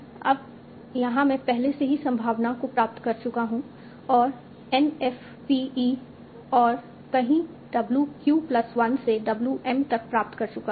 अब यहाँ मैं पहले से ही इस संभावना को प्राप्त कर चुका हूं और N f p e और कहीं W q प्लस 1 से W m तक प्राप्त कर चुका हूं